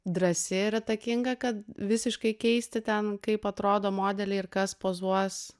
drąsi ir įtakinga kad visiškai keisti ten kaip atrodo modeliai ir kas pozuos